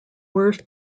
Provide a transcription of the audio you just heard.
were